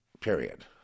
Period